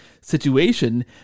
situation